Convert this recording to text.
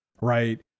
right